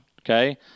okay